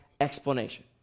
explanation